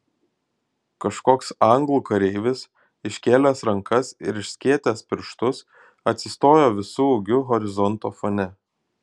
kažkoks anglų kareivis iškėlęs rankas ir išskėtęs pirštus atsistojo visu ūgiu horizonto fone